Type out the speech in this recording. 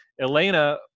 Elena